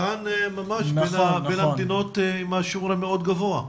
כאן ממש בין המדינות עם השיעור המאוד גבוה.